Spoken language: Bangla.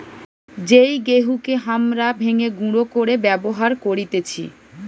যেই গেহুকে হামরা ভেঙে গুঁড়ো করে ব্যবহার করতেছি